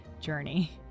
journey